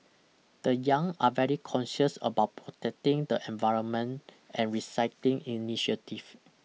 the young are very conscious about protecting the environment and recycling initiative